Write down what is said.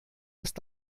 erst